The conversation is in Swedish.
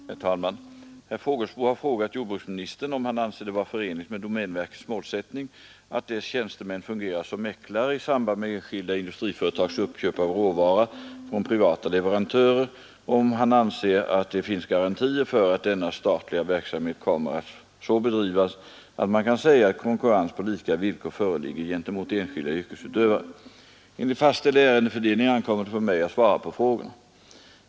Herr talman! Herr Fågelsbo har frågat jordbruksministern om han anser det vara förenligt med domänverkets målsättning att dess tjänstemän fungerar som mäklare i samband med enskilda industriföretags uppköp av råvara från privata leverantörer och om han anser att det finns amhet kommer att så bedrivas att garantier för att denna statliga veri man kan säga att konkurrens på lika villkor föreligger gentemot enskilda yrkesutövare. Enligt fastställd ärendefördelning ankommer det på mig att svara på frågorna.